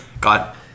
got